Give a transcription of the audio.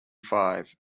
five